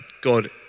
God